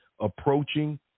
approaching